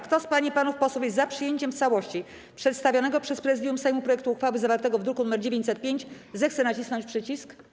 Kto z pań i panów posłów jest za przyjęciem w całości przedstawionego przez Prezydium Sejmu projektu uchwały zawartego w druku nr 905, zechce nacisnąć przycisk.